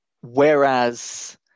whereas